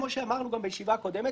כמו שאמרנו גם בישיבה הקודמת,